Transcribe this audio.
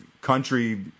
country